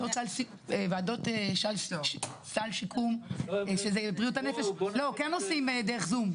ועדות סל שיקום שזה בריאות הנפש כן עושים דרך זום.